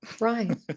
Right